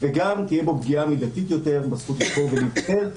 וגם תהיה בו פגיעה מידתית יותר בזכות לבחור ולהיבחר,